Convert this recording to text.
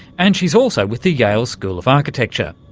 and she's also with the yale school of architecture.